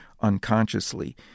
unconsciously